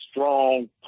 strong